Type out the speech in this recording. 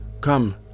Come